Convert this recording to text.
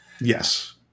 Yes